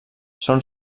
són